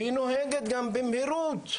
והיא נוהגת גם במהירות,